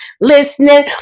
listening